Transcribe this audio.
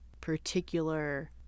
particular